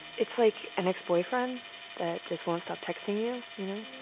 it's like an ex-boyfriend that just won't stop texting you, you know?